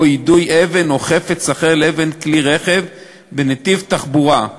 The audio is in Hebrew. יידוי אבן או חפץ אחר לעבר כלי רכב בנתיב תחבורה,